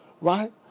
right